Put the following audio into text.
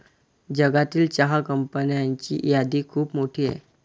जगातील चहा कंपन्यांची यादी खूप मोठी आहे